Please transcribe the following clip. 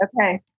Okay